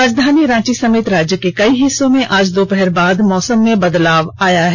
राजधानी रांची समेत राज्य के कई हिस्सों में आज दोपहर बाद मौसम में बदलाव आया है